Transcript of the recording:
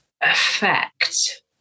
effect